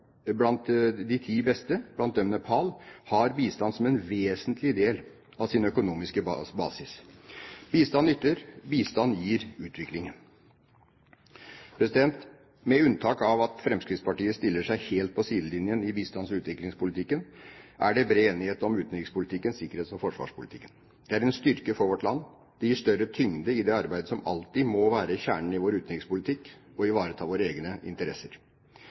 blant de ti beste, blant dem Nepal, har bistand som en vesentlig del av sin økonomiske basis. Bistand nytter. Bistand gir utvikling. Med unntak av at Fremskrittspartiet stiller seg helt på sidelinjen i bistands- og utviklingspolitikken, er det bred enighet om utenriks-, sikkerhets- og forsvarspolitikken. Det er en styrke for vårt land. Det gir større tyngde i det arbeidet som alltid må være kjernen i vår utenrikspolitikk – å ivareta våre egne interesser.